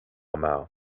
mau